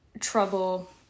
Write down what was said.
trouble